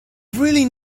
really